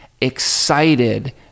excited